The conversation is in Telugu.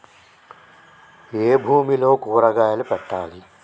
ఏ భూమిలో కూరగాయలు పెట్టాలి?